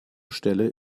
stelle